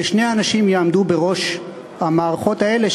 ושני אנשים יעמדו בראש המערכות האלה,